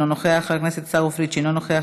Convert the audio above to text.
אינו נוכח,